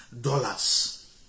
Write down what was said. Dollars